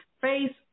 face